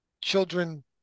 children